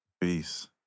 peace